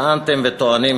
טענתם וטוענים,